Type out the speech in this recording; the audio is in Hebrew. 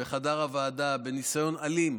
בחדר הוועדה, בניסיון אלים